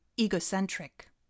egocentric